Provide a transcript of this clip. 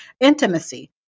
intimacy